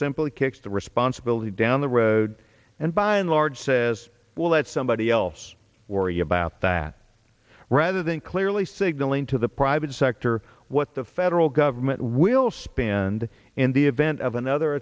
simply kicks the responsibility down the road and by and large says well that's somebody else worry about that rather than clearly signaling to the private sector what the federal government will spend in the event of another